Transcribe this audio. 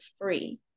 free